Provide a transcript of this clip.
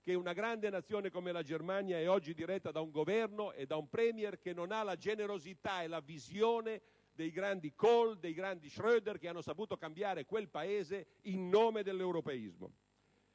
che una grande Nazione come la Germania è oggi diretta da un Governo e da un *premier* che non ha la generosità e la visione dei grandi Kohl, dei grandi Schröder, che hanno saputo cambiare quel Paese in nome dell'europeismo.